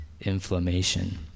inflammation